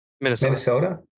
Minnesota